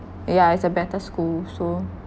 yeah it's a better school so